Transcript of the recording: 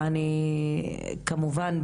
אני כמובן,